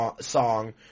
song